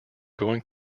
going